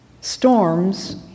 Storms